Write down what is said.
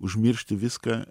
užmiršti viską